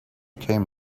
came